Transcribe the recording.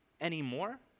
anymore